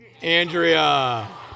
Andrea